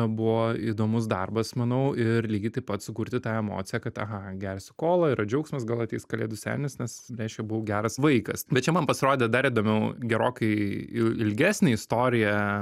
buvo įdomus darbas manau ir lygiai taip pat sukurti tą emociją kad aha gersiu kolą yra džiaugsmas gal ateis kalėdų senis nes reiškia buvau geras vaikas bet čia man pasirodė dar įdomiau gerokai ilgesnė istorija